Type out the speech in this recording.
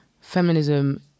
feminism